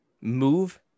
move